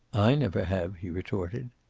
i never have, he retorted.